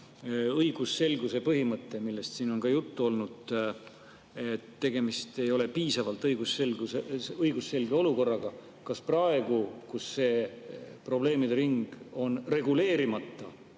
õigusselguse põhimõte, millest siin on ka juttu olnud, et tegemist ei ole piisavalt õigusselge olukorraga. Kas praegu, kui see probleemide ring on seaduse